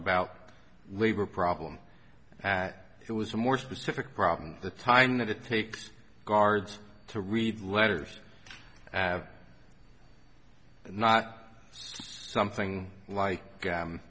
about labor problem that it was more specific problem the time that it takes guards to read letters have not something like